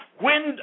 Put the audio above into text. wind